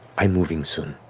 i'm moving soon.